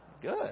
Good